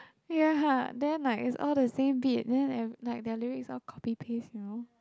ya then like is all the same beat then every~ like the lyrics all like copy paste you know